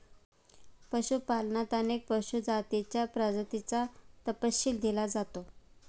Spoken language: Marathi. पशुपालनात अनेक पशु जातींच्या प्रजातींचा तपशील दिला आहे